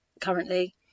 currently